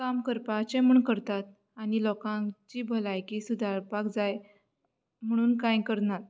काम करपाचे म्हण करतात आनी लोकांची भलायकी सुद्दां सुदारपाक जाय म्हणून कांय करनात